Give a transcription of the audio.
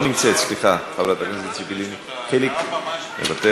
לא נמצאת, סליחה, חבר הכנסת חיליק בר, מוותר,